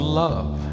love